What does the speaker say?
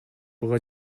буга